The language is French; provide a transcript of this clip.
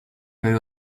peu